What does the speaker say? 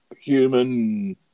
human